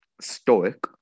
stoic